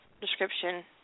description